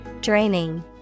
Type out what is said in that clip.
Draining